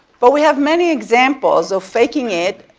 but we have many examples of faking it,